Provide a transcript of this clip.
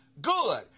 good